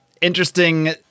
interesting